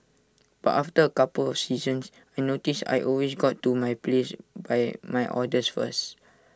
but after A couple of seasons I noticed I always got to my place by my orders first